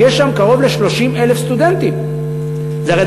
יש שם קרוב ל-30,000 סטודנטים.